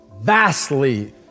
vastly